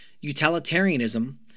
Utilitarianism